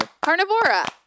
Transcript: Carnivora